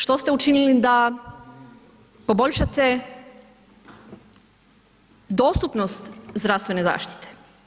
Što ste učinili da poboljšate dostupnost zdravstvene zaštite?